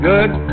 Good